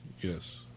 yes